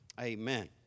Amen